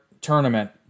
Tournament